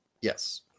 Yes